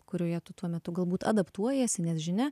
kurioje tuo metu galbūt adaptuojasi nes žinia